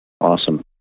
Awesome